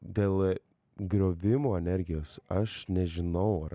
dėl griovimo energijos aš nežinau ar